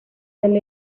del